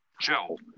Joe